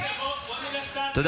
אז בואו נלך צעד קדימה, תגנו את זה.